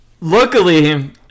Luckily